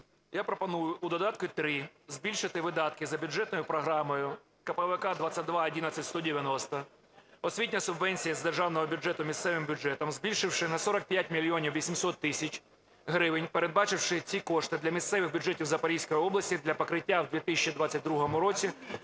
Я пропоную у додатку 3 збільшити видатки за бюджетною програмою КПКВК 2211190 "Освітня субвенція з державного бюджету місцевим бюджетам", збільшивши на 45 мільйонів 800 тисяч гривень, передбачивши ці кошти для місцевих бюджетів Запорізької області для покриття в 2022 році